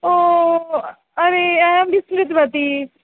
ओ अरे अहं विस्मृतवती